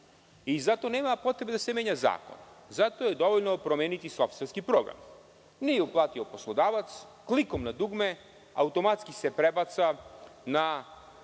Zato nema potrebe da se menja zakon. Zato je dovoljno promeniti softverski program. Nije uplatio poslodavac, klikom na dugme, automatski se prebaci na